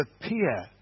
appear